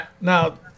Now